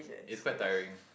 is quite tiring